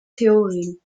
theorien